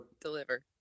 deliver